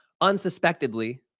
unsuspectedly